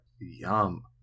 Yum